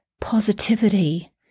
positivity